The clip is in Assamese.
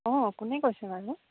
অঁ কোনে কৈছে বাৰু